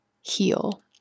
heal